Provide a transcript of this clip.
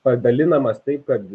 padalinamas taip kad